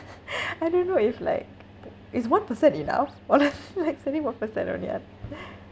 I don't know if like is one percent enough one like saving one percent only ah